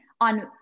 on